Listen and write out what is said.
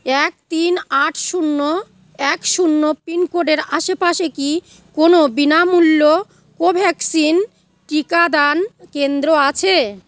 এক তিন আট শূন্য এক শূন্য পিনকোডের আশেপাশে কি কোনও বিনামূল্য কোভ্যাক্সিন টিকাদান কেন্দ্র আছে